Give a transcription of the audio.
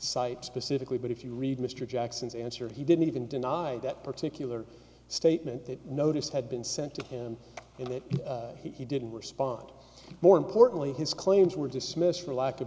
cites pacifically but if you read mr jackson's answer he didn't even denied that particular statement that notice had been sent to him and that he didn't respond more importantly his claims were dismissed for lack of